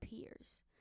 peers